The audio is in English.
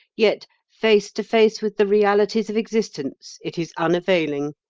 yet face to face with the realities of existence it is unavailing.